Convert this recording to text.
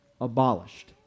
abolished